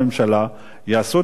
יעשו את המוטל עליהם.